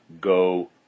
go